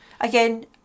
Again